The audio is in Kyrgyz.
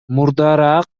мурдараак